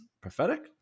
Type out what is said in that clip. Prophetic